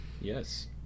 Yes